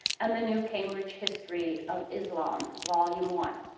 and the new cambridge history of islam volume one,